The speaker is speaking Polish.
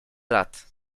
lat